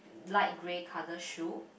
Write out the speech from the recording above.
light grey colour shoe